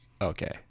Okay